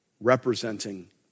representing